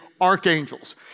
archangels